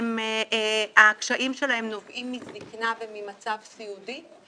הקשיים שלהם נובעים מזקנה וממצב סיעודי.